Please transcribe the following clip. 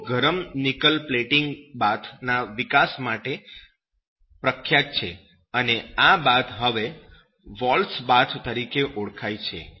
તેઓ ગરમ nickel plating bath ના વિકાસ માટે પ્રખ્યાત છે અને આ બાથ હવે "વોલ્સ બાથ " તરીકે ઓળખાય છે